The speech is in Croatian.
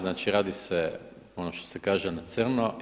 Znači, radi se ono što se kaže na crno.